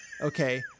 Okay